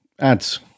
ads